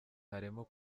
harimo